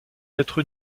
d’être